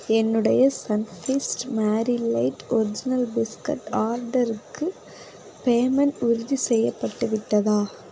என்னுடைய Sunfeast Marie light original biscuit ஆர்டருக்கு payment உறுதி செய்யப்பட்டு விட்டதா